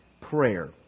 prayer